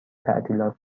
تعطیلات